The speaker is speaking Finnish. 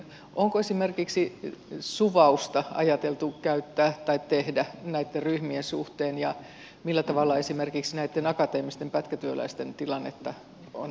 onko esimerkiksi suvausta ajateltu käyttää tai tehdä näitten ryhmien suhteen ja millä tavalla esimerkiksi näitten akateemisten pätkätyöläisten tilannetta on aiottu parantaa